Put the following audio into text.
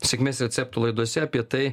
sėkmės receptų laidose apie tai